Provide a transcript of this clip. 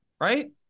Right